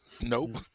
Nope